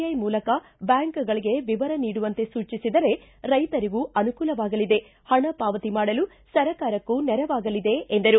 I ಮೂಲಕ ಬ್ಯಾಂಕ್ಗಳಿಗೆ ವಿವರ ನೀಡುವಂತೆ ಸೂಚಿಸಿದರೆ ರೈತರಿಗೂ ಅನುಕೂಲವಾಗಲಿದೆ ಹಣ ಪಾವತಿ ಮಾಡಲು ಸರ್ಕಾರಕ್ಕೂ ನೆರವಾಗಲಿದೆ ಎಂದರು